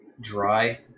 dry